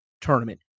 tournament